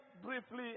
briefly